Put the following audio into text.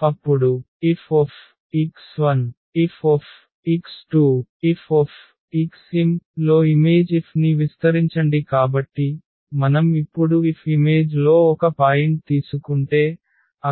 F అప్పుడు Fx1Fx2F లొ image F ని విస్తరించండి కాబట్టి మనం ఇప్పుడు F ఇమేజ్ లో ఒక పాయింట్ తీసుకుంటే